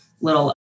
little